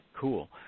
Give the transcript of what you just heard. Cool